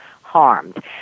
harmed